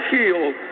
healed